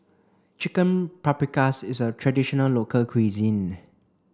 Chicken Paprikas is a traditional local cuisine